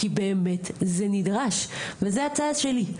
כי באמת זה נדרש וזה הצעה שלי,